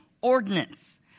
ordinance